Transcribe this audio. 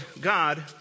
God